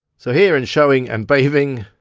so here in showing and bathing,